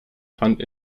fand